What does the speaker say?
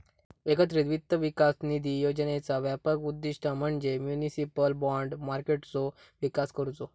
एकत्रित वित्त विकास निधी योजनेचा व्यापक उद्दिष्ट म्हणजे म्युनिसिपल बाँड मार्केटचो विकास करुचो